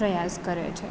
પ્રયાસ કરે છે